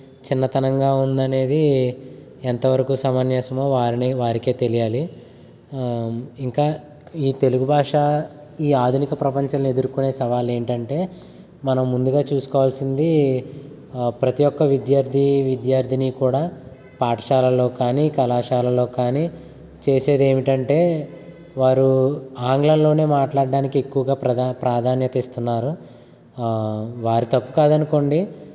చిన్నతనంగా ఉంది అనేది ఎంతవరకు సమంజసమో వారిని వారికే తెలియాలి ఇంకా ఈ తెలుగు భాష ఈ ఆధునిక ప్రపంచం ఎదుర్కొనే సవాలు ఏంటంటే మనం ముందుగా చూసుకోవాల్సింది ప్రతి ఒక్క విద్యార్థి విద్యార్థిని కూడా పాఠశాలలో కానీ కళాశాలలో కానీ చేసేది ఏమిటంటే వారు ఆంగ్లంలోనే మాట్లాడడానికి ఎక్కువగా ప్రధా ప్రాధాన్యత ఇస్తున్నారు వారి తప్పు కాదు అనుకోండి